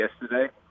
yesterday